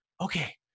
okay